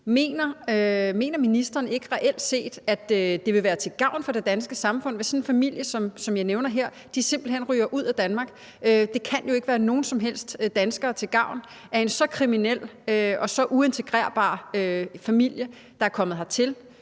Mener ministeren ikke reelt set, at det vil være til gavn for det danske samfund, hvis sådan en familie, som jeg nævner her, simpelt hen ryger ud af Danmark? Det kan jo ikke være nogen som helst danskere til gavn, at en så kriminel og så uintegrerbar familie, der er kommet hertil